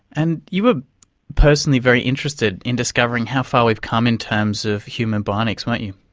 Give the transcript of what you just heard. and you were personally very interested in discovering how far we've come in terms of human bionics, weren't you?